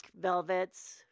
velvets